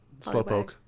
Slowpoke